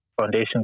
foundation